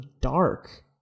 dark